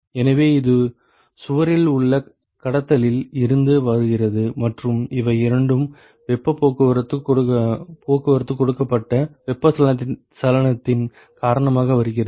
எனவே இது சுவரில் உள்ள கடத்தலில் இருந்து வருகிறது மற்றும் இவை இரண்டும் வெப்பப் போக்குவரத்து கொடுக்கப்பட்ட வெப்பச்சலனத்தின் காரணமாக வருகிறது